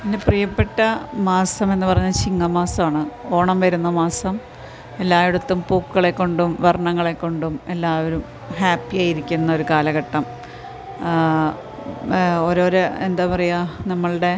പിന്നെ പ്രിയപ്പെട്ട മാസം എന്ന് പറയുന്നത് ചിങ്ങമാസമാണ് ഓണം വരുന്ന മാസം എല്ലായിടത്തും പൂക്കളെ കൊണ്ടും വർണ്ണങ്ങളെ കൊണ്ടും എല്ലാവരും ഹാപ്പി ആയിരിക്കുന്ന ഒരു കാലഘട്ടം ഓരോരോ എന്താ പറയാ നമ്മളുടെ